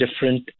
different